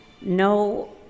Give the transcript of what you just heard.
no